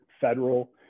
federal